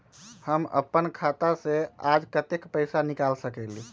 हम अपन खाता से आज कतेक पैसा निकाल सकेली?